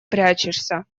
прячешься